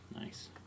Nice